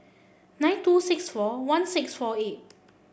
nine two six four one six four eight